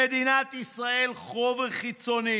למדינת ישראל יש חוב חיצוני.